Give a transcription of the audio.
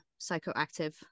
psychoactive